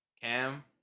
cam